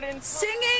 Singing